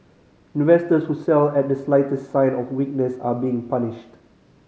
investors who sell at the slightest sign of weakness are being punished